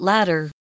Ladder